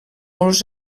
molts